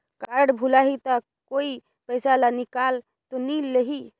Card भुलाही ता कोई पईसा ला निकाल तो नि लेही?